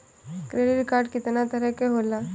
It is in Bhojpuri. क्रेडिट कार्ड कितना तरह के होला?